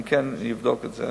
אני כן אבדוק את זה.